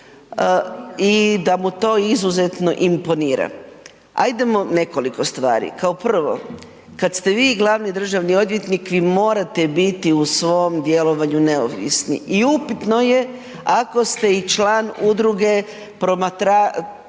i da mu to izuzetno imponira. Ajdemo nekoliko stvari, kao prvo kad ste vi glavni državni odvjetnik vi morate biti u svom djelovanju neovisni i upitno je ako ste i član udruge pratitelja